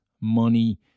money